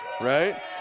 right